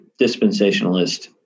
dispensationalist